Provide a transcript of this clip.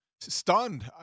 stunned